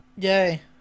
Yay